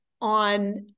on